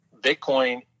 Bitcoin